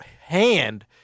hand